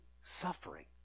suffering